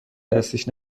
دستش